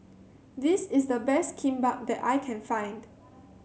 this is the best Kimbap that I can find